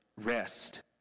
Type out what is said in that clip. rest